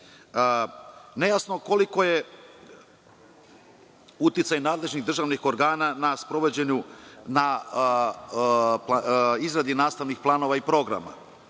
je koliki je uticaj nadležnih državnih organa na sprovođenju izrade nastavnih planova i programa,